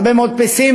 הרבה מאוד פסימיים,